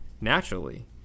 Naturally